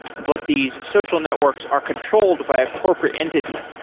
but these social networks are controlled by a corporate entity.